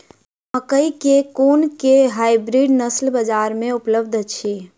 मकई केँ कुन केँ हाइब्रिड नस्ल बजार मे उपलब्ध अछि?